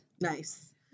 Nice